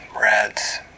reds